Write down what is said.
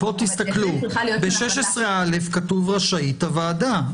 ב-16א כתוב: רשאית הוועדה.